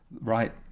Right